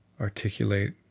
articulate